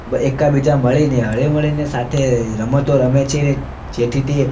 એકાબીજા મળીને હળી મળીને સાથે રમતો રમે છે ને જેથી તે